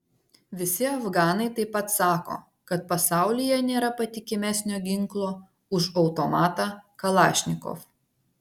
visi afganai taip pat sako kad pasaulyje nėra patikimesnio ginklo už automatą kalašnikov